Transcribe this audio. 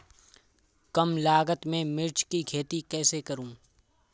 कम लागत में मिर्च की खेती कैसे करूँ?